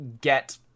get